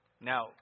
Now